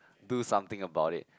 do something about it